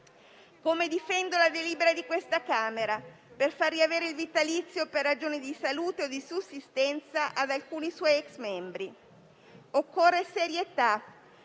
come difendo la delibera di questo ramo del Parlamento per far riavere il vitalizio, per ragioni di salute o di sussistenza, ad alcuni suoi *ex* membri. Occorre serietà: